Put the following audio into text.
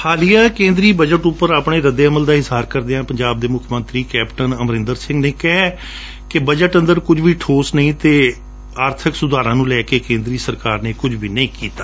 ਹਾਲੀਆ ਕੇਂਦਰੀ ਬਜਟ ਉਂਪਰ ਆਪਣੇ ਰੱਦੇ ਅਮ ਦਾ ਇਜਹਾਰ ਕਰਦਿਆਂ ਪੰਜਾਬ ਦੇ ਮੁੱਖ ਮੰਤਰੀ ਕੈਪਟਨ ਅਮਰਿੰਦਰ ਸਿੰਘ ਦਾ ਕਹਿਣੈ ਕਿ ਬਜਟ ਅੰਦਰ ਕੁਝ ਵੀ ਠੋਸ ਨਹੀ ਅਤੇ ਆਰਬਕ ਸੁਧਾਰਾਂ ਨੰ ਲੈਕੇ ਕੇਂਦਰ ਸਰਕਾਰ ਨੇ ਕੁਝ ਵੀ ਨਹੀ ਕੀਤਾ